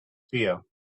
fear